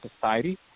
society